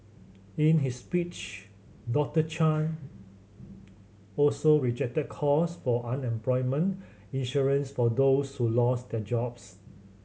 in his speech Doctor Chan also rejected calls for unemployment insurance for those who lose their jobs